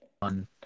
fun